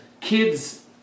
Kids